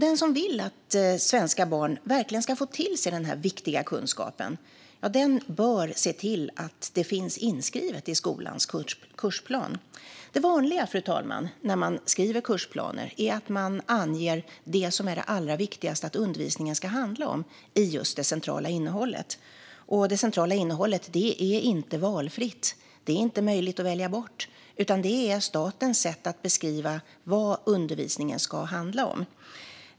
Den som vill att svenska barn verkligen ska få till sig denna viktiga kunskap bör se till att det finns inskrivet i skolans kursplan. Det vanliga, fru talman, när man skriver kursplaner är att man anger det som är allra viktigast att undervisningen ska handla om i det centrala innehållet. Det centrala innehållet är inte valfritt. Det är inte möjligt att välja bort, utan det är statens sätt att beskriva vad undervisningen ska handla om.